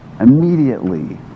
immediately